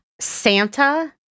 Santa